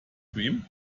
cream